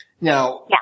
Now